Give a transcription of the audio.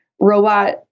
robot